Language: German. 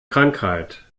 krankheit